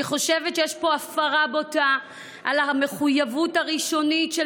אני חושבת שיש פה הפרה בוטה של המחויבות הראשונית של